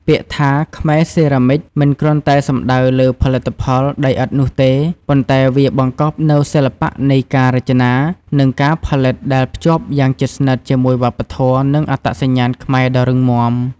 ពាក្យថា "ខ្មែរសេរ៉ាមិច" មិនគ្រាន់តែសំដៅលើផលិតផលដីឥដ្ឋនោះទេ ប៉ុន្តែវាបង្កប់នូវសិល្បៈនៃការរចនា និងការផលិតដែលភ្ជាប់យ៉ាងជិតស្និទ្ធជាមួយវប្បធម៌ និងអត្តសញ្ញាណខ្មែរដ៏រឹងមាំ។